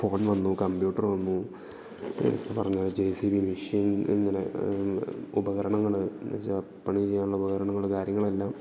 phone വന്നു computer വന്നു ഇപ്പോൾ പറഞ്ഞ ജെ സി ബി മെഷീൻ ഇങ്ങനെ ഉപകരണങ്ങൾ എന്നു വെച്ചാൽ പണി ചെയ്യാനുള്ള ഉപകരണങ്ങൾ കാര്യങ്ങളെല്ലാം